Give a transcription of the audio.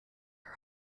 our